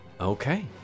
Okay